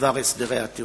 בדבר הסדרי הטיעון.